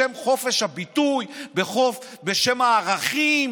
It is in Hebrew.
בשם חופש הביטוי, בשם הערכים,